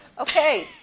okay,